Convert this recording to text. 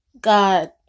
God